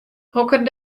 hokker